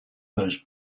most